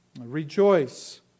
rejoice